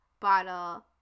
bottle